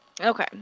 Okay